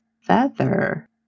Feather